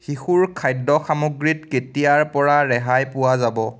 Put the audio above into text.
শিশুৰ খাদ্য সামগ্ৰীত কেতিয়াৰ পৰা ৰেহাই পোৱা যাব